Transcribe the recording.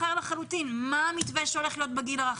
מה המתווה לגיל הרך?